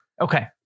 Okay